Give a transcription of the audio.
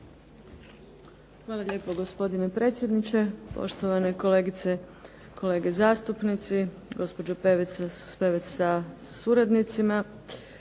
Hvala lijepo gospodine predsjedniče, poštovane kolegice i kolege zastupnici, gospođo Spevec sa suradnicima.